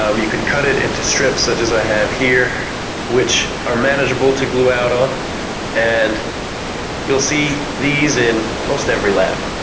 um you can cut it into strips such as i have here which are manageable to glue out on and you'll see these in almost every lab.